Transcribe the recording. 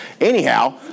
Anyhow